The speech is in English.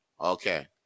Okay